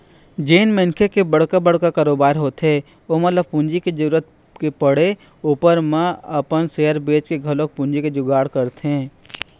जेन मनखे के बड़का बड़का कारोबार होथे ओमन ल पूंजी के जरुरत के पड़े ऊपर म अपन सेयर बेंचके घलोक पूंजी के जुगाड़ करथे